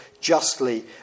justly